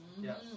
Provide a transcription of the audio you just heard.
Yes